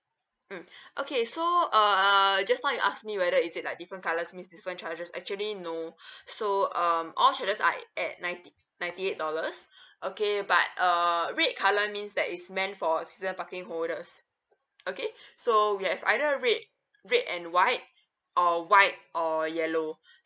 mm okay so uh just now you ask me whether is it like different colours means different charges actually no so um all charges are at ninety ninety eight dollars okay but uh red colour means that it's meant for season parking holders okay so we have either red red and white or white or yellow